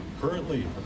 Currently